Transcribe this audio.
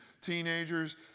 teenagers